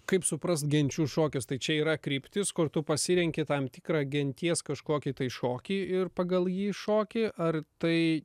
kaip suprast genčių šokis tai čia yra kryptis kur tu pasirenki tam tikrą genties kažkokį tai šokį ir pagal jį šoki ar tai